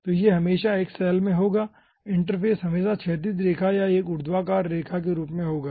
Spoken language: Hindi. तो यह हमेशा एक सैल में होगा इंटरफ़ेस हमेशा क्षैतिज रेखा या एक ऊर्ध्वाधर रेखा के रूप में होगा